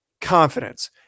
confidence